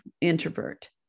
introvert